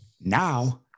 now